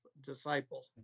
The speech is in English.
disciple